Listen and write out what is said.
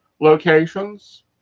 locations